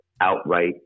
outright